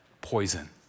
poison